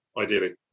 ideally